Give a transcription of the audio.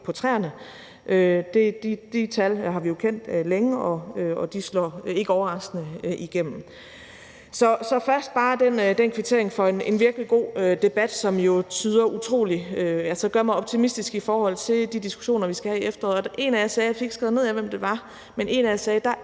på træerne. De tal har vi jo kendt længe, og de slår ikke overraskende igennem. Så det var først bare en kvittering for en virkelig god debat, som gør mig optimistisk i forhold til de diskussioner, vi skal have i efteråret, og en af jer sagde – jeg fik ikke skrevet ned, hvem det var – at der jo er